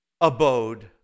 abode